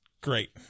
great